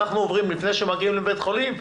לפני שמגיעים לבית-חולים,